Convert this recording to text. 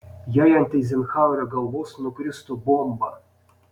jei ant eizenhauerio galvos nukristų bomba